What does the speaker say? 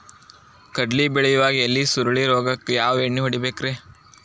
ಕಡ್ಲಿ ಬೆಳಿಯಾಗ ಎಲಿ ಸುರುಳಿ ರೋಗಕ್ಕ ಯಾವ ಎಣ್ಣಿ ಹೊಡಿಬೇಕ್ರೇ?